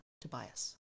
Tobias